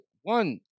one